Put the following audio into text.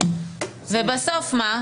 ובסוף מה?